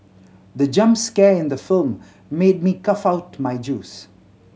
the jump scare in the film made me cough out my juice